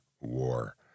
war